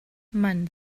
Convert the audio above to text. man